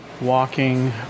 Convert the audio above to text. Walking